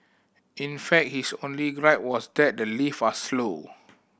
in fact his only gripe was that the lift are slow